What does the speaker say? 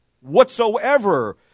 whatsoever